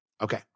Okay